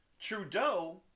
trudeau